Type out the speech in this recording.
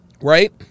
Right